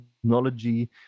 technology